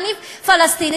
אני פלסטינית,